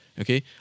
okay